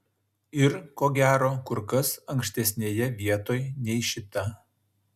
ir ko gero kur kas ankštesnėje vietoj nei šita